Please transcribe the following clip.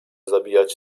zabijać